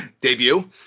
Debut